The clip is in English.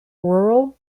rural